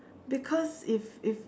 because if if